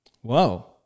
whoa